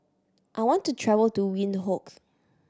I want to travel to Windhoek